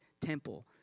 temple